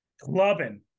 Clubbing